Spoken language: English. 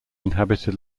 inhabited